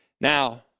Now